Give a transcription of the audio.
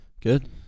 Good